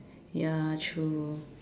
ya true